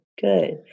Good